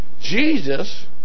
Jesus